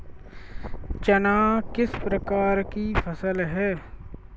चना किस प्रकार की फसल है?